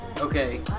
Okay